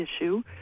issue